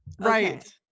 right